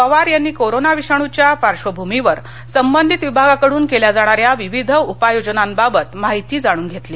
पवार यांनी कोरोना विषाणूच्या पार्श्वभूमीवर संबंधित विभागांकडून केल्या जाणाऱ्या विविध उपाययोजनांबाबत माहिती जाणून घेतली